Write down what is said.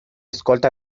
escolta